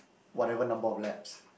whatever number of laps